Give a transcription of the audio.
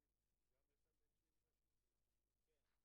עבד אל חכים חאג' יחיא (הרשימה המשותפת):